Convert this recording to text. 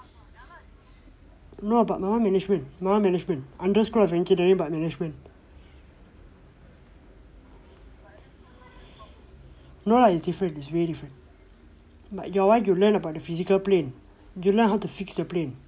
no but my [one] management my [one] management underscore is engineering but management no lah is different it's very different like your one you learn about the physical plane you learn how to fix the plane